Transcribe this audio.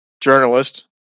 journalist